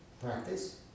practice